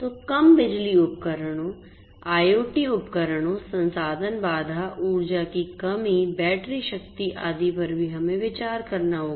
तो कम बिजली उपकरणों IoT उपकरणों संसाधन बाधा ऊर्जा की कमी बैटरी शक्ति आदि पर भी हमें विचार करना होगा